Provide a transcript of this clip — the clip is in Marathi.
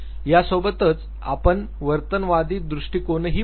यासोबतच आपण वर्तनवादी दृष्टीकोणाही बघू